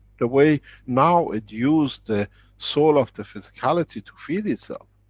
the way now it used the soul of the physicality to feed itself,